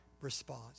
response